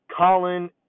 Colin